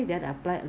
face